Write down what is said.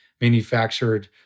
manufactured